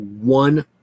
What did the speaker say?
one